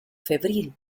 febril